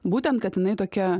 būtent kad jinai tokia